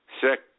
sick